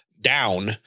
down